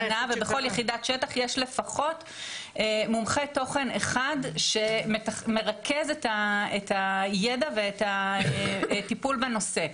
ובכל יחידת שטח יש לפחות מומחה תוכן אחד שמרכז את הידע ואת הטיפול בנושא.